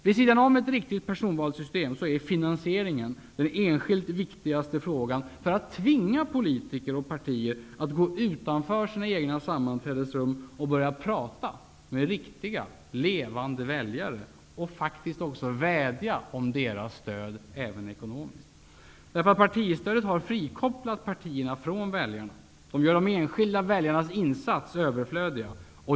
Vid sidan om ett riktigt personvalssystem är finansieringen den enskilt viktigaste frågan för att tvinga politiker och partier att gå utanför sina egna sammanträdesrum och börja tala med riktiga, levande väljare och faktiskt vädja om deras stöd även ekonomiskt. Partistödet har frikopplat partierna från väljarna. Det gör de enskilda väljarnas insatser överflödiga.